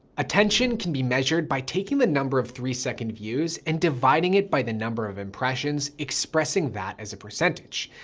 attention can be measured by taking the number of three second views and dividing it by the number of impressions, expressing that as a percentage.